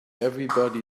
everybody